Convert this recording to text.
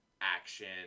action